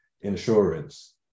insurance